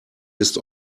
ist